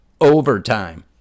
overtime